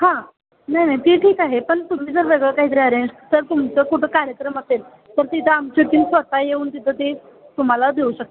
हां नाही नाही ती ठीक आहे पण तुम्ही जर सगळं काहीतरी अरेंज तर तुमचं कुठं कार्यक्रम असेल तर तिथं आमची टीम स्वतः येऊन तिथं ते तुम्हाला देऊ शकते